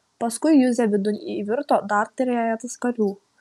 paskui juzę vidun įvirto dar trejetas karių